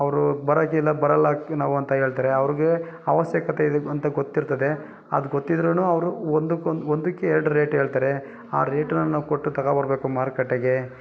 ಅವರು ಬರೋಕಿಲ್ಲ ಬರಲ್ಲಾಕ ನಾವು ಅಂತ ಹೇಳ್ತಾರೆ ಅವ್ರಿಗೆ ಅವಶ್ಯಕತೆ ಇದೆ ಅಂತ ಗೊತ್ತಿರ್ತದೆ ಅದು ಗೊತ್ತಿದ್ರೂ ಅವರು ಒಂದಕ್ಕೊಂದು ಒಂದಕ್ಕೆ ಎರಡು ರೇಟ್ ಹೇಳ್ತಾರೆ ಆ ರೇಟನ್ನ ನಾವು ಕೊಟ್ಟು ತಗೋ ಬರಬೇಕು ಮಾರುಕಟ್ಟೆಗೆ